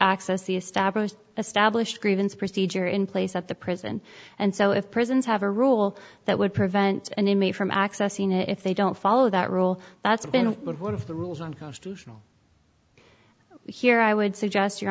access established a stablish grievance procedure in place at the prison and so if prisons have a rule that would prevent an inmate from accessing it if they don't follow that rule that's been one of the rules unconstitutional here i would suggest your